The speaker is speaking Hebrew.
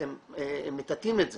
אתם מטאטאים את זה.